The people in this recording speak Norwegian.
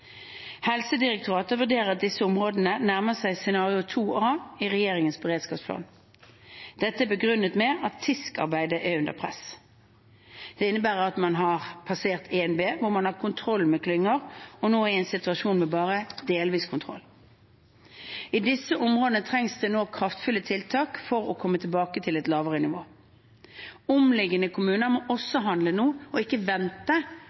Helsedirektoratet vurderer at disse områdene nærmer seg scenario 2 a i regjeringens beredskapsplan. Dette er begrunnet med at TISK-arbeidet er under press. Det innebærer at man har passert l b, der man har kontroll med klynger, og nå er i en situasjon med bare delvis kontroll. I disse områdene trengs det nå kraftfulle tiltak for å komme tilbake til et lavere nivå. Omliggende kommuner må også handle nå, og ikke vente